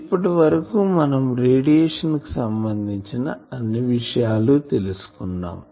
ఇప్పటివరకు మనం రేడియేషన్ కి సంబంధించిన అన్ని విషయాలు తెలుసుకున్నాం